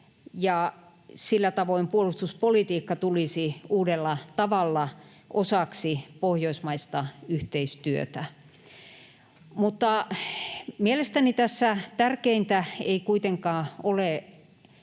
sillä tavoin puolustuspolitiikka tulisi uudella tavalla osaksi pohjoismaista yhteistyötä. Mutta mielestäni tässä tärkeintä ei kuitenkaan ole